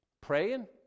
praying